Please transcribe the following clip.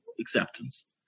acceptance